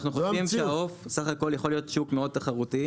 אנחנו חושבים שהעוף סך הכול יכול להיות שוק מאוד תחרותי,